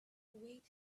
await